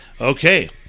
Okay